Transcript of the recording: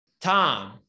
Tom